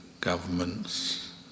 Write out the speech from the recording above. governments